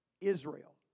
Israel